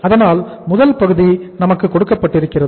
அதனால் முதல் பகுதி நமக்கு கொடுக்கப்பட்டிருக்கிறது